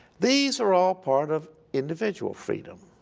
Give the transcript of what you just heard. these are all part of individual freedom.